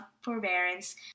forbearance